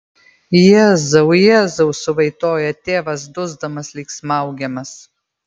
jėzau jėzau suvaitoja tėvas dusdamas lyg smaugiamas